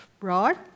right